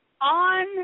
on